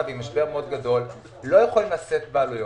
ועם משבר מאוד גדול לא יכולים לשאת בעלויות.